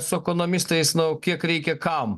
su ekonomistais nu o kiek reikia kam